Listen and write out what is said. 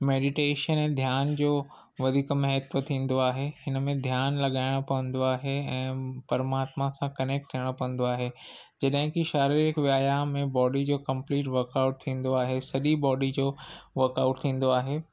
meditation ऐं ध्यान जो वधीक महत्वु थींदो आहे हिन में ध्यानु लॻाइणो पवंदो आहे ऐं परमात्मा सां कनेक्ट थियणो पवंदो आहे जॾहिं की शारीरिक व्यायाम में बॉडी जो कंप्लीट वकाउट थींदो आहे सॼी बॉडी जो वर्काउट थींदो आहे